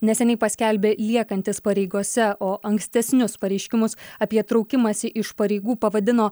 neseniai paskelbė liekantis pareigose o ankstesnius pareiškimus apie traukimąsi iš pareigų pavadino